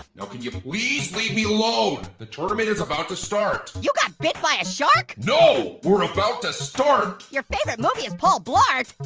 can you please leave me alone? the tournament is about to start. you got bit by a shark? no, we're about to start. your favorite movie is paul blart?